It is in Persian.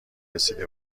رسیده